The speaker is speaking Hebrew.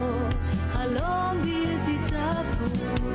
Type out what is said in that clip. פתחנו כמה קבוצות,